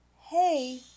hey